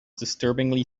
disturbingly